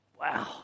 Wow